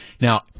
Now